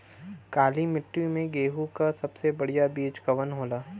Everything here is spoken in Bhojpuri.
काली मिट्टी में गेहूँक सबसे बढ़िया बीज कवन होला?